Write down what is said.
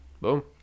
boom